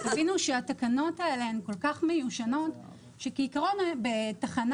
תבינו שהתקנות האלה הן כל כך מיושנות עד שבתחנת